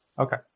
Okay